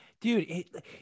Dude